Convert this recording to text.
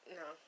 no